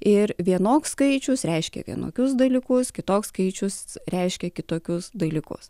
ir vienoks skaičius reiškia vienokius dalykus kitoks skaičius reiškia kitokius dalykus